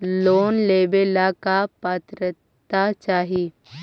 Loan लेवेला का पात्रता चाही?